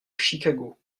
chicago